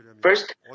First